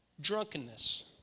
drunkenness